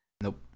Nope